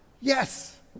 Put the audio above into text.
yes